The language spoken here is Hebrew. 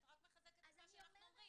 את רק מחזקת את מה שאנחנו אומרים.